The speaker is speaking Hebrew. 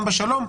גם בשלום.